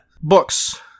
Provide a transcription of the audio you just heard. Books